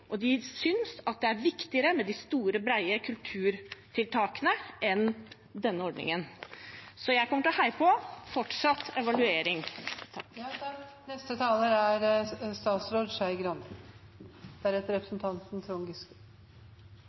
evaluering. De synes at det er viktigere med de store og brede kulturtiltakene enn denne ordningen. Så jeg kommer fortsatt til å heie på en evaluering. Det var litt leit at representanten